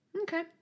Okay